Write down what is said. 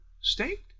state